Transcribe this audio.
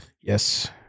Yes